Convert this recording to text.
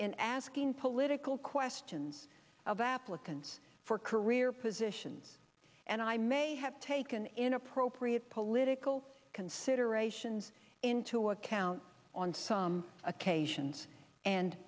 in asking political questions of applicants for career positions and i may have taken inappropriate political considerations into account on some occasions and